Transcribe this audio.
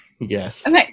Yes